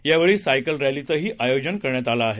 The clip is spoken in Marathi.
या वेळी सायकल रस्तीचंही आयोजन करण्यात आलं आहे